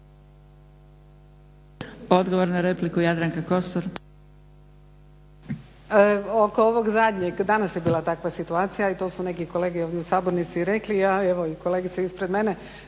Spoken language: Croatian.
Odgovor na repliku Jadranka Kosor.